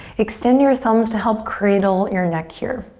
extend your thumbs to help cradle your neck here.